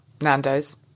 Nando's